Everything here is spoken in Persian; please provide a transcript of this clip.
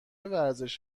ورزش